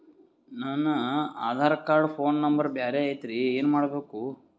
ನನ Aadhaar card phone number ಬ್ಯಾರೆ ಐತ್ರಿ ಏನ ಮಾಡಬೇಕು?